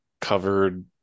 covered